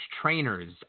trainers